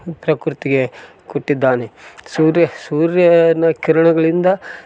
ಪ್ರಕೃತಿಗೆ ಕೊಟ್ಟಿದ್ದಾನೆ ಸೂರ್ಯ ಸೂರ್ಯಾನ ಕಿರಣಗಳಿಂದ